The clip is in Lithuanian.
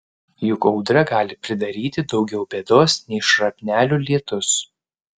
juk audra gali pridaryti daugiau bėdos nei šrapnelių lietus